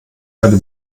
keine